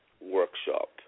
Workshop